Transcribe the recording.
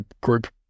group